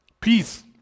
Peace